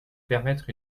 permettre